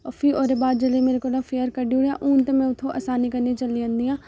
फ्ही ओह्दे बाद जेल्लै मेरे कोला फेयर कड्ढी ओड़ेआ हून ते में उत्थूं असानी कन्नै चली जन्नी आं